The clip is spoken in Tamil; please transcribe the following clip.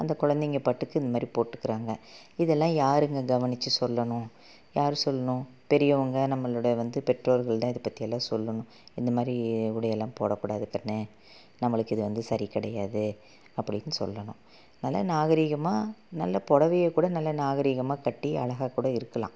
அந்த குழந்தைங்க பாட்டுக்கு இந்த மாதிரி போட்டுக்கிறாங்க இதெல்லாம் யாருங்க கவனிச்சு சொல்லணும் யார் சொல்லணும் பெரியவங்க நம்மளோட வந்து பெற்றோர்கள் தான் இதை பற்றியெல்லாம் சொல்லணும் இந்தமாதிரி உடையெல்லாம் போடக்கூடாது கண் நம்மளுக்கு இது வந்து சரி கிடையாது அப்படின்னு சொல்லணும் நல்லா நாகரிகமாக நல்ல புடவைய கூட நல்லா நாகரிகமாக கட்டி அழகாக கூட இருக்கலாம்